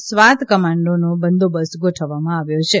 સ્વાત કમાન્ઠીનો બંદોબસ્ત ગોઠવવામાં આવ્યો છે